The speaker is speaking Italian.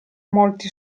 molti